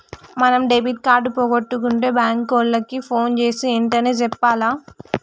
మనం debit card పోగొట్టుకుంటే bank ఓళ్ళకి పోన్ జేసీ ఎంటనే చెప్పాల